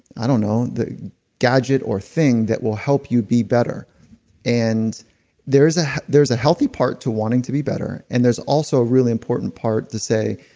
i don't know, the next gadget or thing that will help you be better and there's ah there's a healthy part to wanting to be better. and there's also really important part to say,